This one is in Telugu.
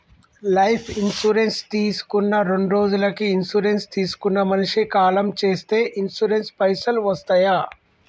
లైఫ్ ఇన్సూరెన్స్ తీసుకున్న రెండ్రోజులకి ఇన్సూరెన్స్ తీసుకున్న మనిషి కాలం చేస్తే ఇన్సూరెన్స్ పైసల్ వస్తయా?